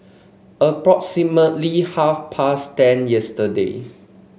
Approximately half past ten yesterday